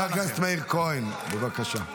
אנחנו איתך --- חבר הכנסת מאיר כהן, בבקשה.